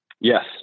Yes